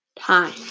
time